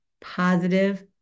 positive